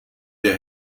der